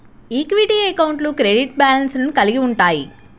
equity అకౌంట్లు credit బ్యాలెన్స్లను కలిగి ఉంటయ్యి